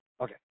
okay